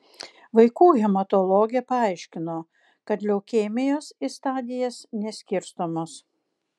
vaikų hematologė paaiškino kad leukemijos į stadijas neskirstomos